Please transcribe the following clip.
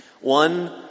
One